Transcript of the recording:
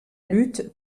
lutte